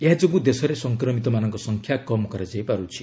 ଏହା ଯୋଗୁଁ ଦେଶରେ ସଂକ୍ରମିତମାନଙ୍କ ସଂଖ୍ୟା କମ୍ କରାଯାଇ ପାରୁଛି